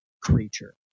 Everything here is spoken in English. creature